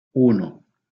uno